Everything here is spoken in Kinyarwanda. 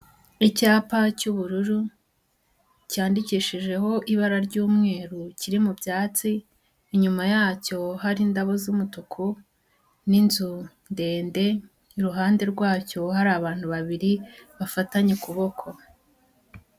Icyapa cy'ubururu cyandikishijeho ibara ry'umweru kiri mu byatsi, inyuma yacyo hari indabo z'umutuku n'inzu ndende, iruhande rwacyo hari abantu babiri bafatanye ukuboko.